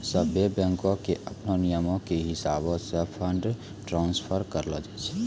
सभ्भे बैंको के अपनो नियमो के हिसाबैं से फंड ट्रांस्फर करलो जाय छै